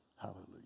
Hallelujah